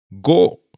Go